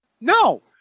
No